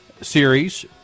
Series